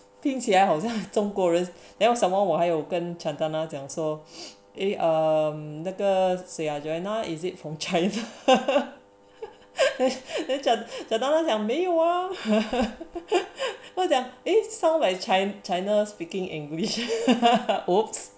听起来好像中国人 chorus then 还有跟 chantana 讲说 um 那个谁 ah joanna is it from China then chantana 讲没有啊 eh sound like China China speaking english oh !oops!